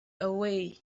away